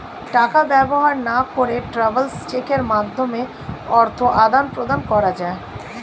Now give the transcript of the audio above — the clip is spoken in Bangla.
টাকা ব্যবহার না করে ট্রাভেলার্স চেকের মাধ্যমে অর্থ আদান প্রদান করা যায়